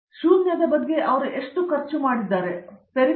ಅರಂದಾಮ ಸಿಂಗ್ ಶೂನ್ಯದ ಬಗ್ಗೆ ಅವರು ಎಷ್ಟು ಖರ್ಚು ಮಾಡಿದ್ದಾನೆಂದರೆ ಪೆರಿಫೆರಲ್ಸ್ ಬಗ್ಗೆ